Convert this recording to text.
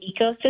ecosystem